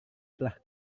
telah